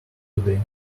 today